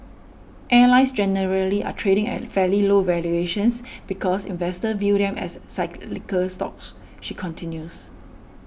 airlines generally are trading at fairly low valuations because investors view them as cyclical stocks she continues